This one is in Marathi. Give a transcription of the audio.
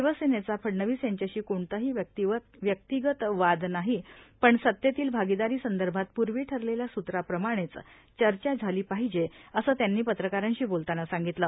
शिवसेनेचा फडणवीस यांच्याशी कोणताही व्यवितगत वाद नाही पण सत्तेतील भागीदारीसंदर्भात पुर्वी ठरलेल्या सूत्राप्रमाणेच चर्चा झाली पाहिजे असं त्यांनी पत्रकारांशी बोलतावा सांगितलं